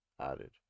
added